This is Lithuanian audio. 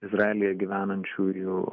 izraelyje gyvenančiųjų